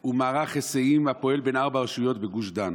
הוא מערך היסעים הפועל בין ארבע רשויות בגוש דן.